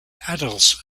adults